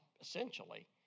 essentially